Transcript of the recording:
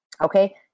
Okay